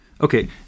Okay